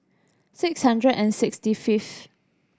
six hundred and sixty fifth